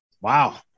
Wow